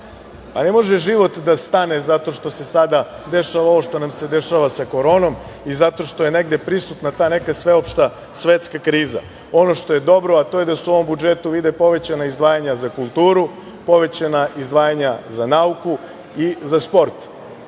Ne može život da stane zato što se sada dešava ovo što nam se dešava sa koronom i zato što je negde prisutna ta neka sveopšta svetska kriza. Ono što je dobro, a to je da se u ovom budžetu vide povećana izlaganja za kulturu, povećana izdvajanja za nauku i za sport.I